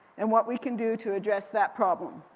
and what we can do to address that problem.